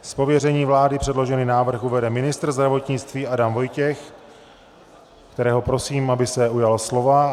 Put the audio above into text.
Z pověření vlády předložený návrh uvede ministr zdravotnictví Adam Vojtěch, kterého prosím, aby se ujal slova.